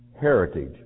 heritage